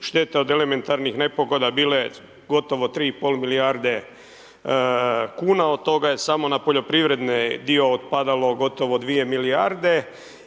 štete od elementarnih nepogoda bile gotovo 3,5 milijarde kn, od toga je samo na poljoprivrede dio otpadao gotovo 2 milijarde.